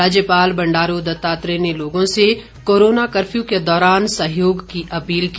राज्यपाल बंडारू दत्तात्रेय ने लोगों से कोरोना कर्फ्यू के दौरान सहयोग की अपील की